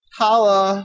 holla